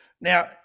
now